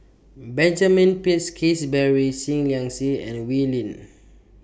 Benjamin Peach Keasberry Seah Liang Seah and Wee Lin